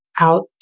Out